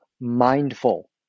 mindful